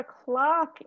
o'clock